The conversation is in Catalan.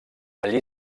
allí